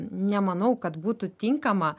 nemanau kad būtų tinkama